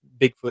Bigfoot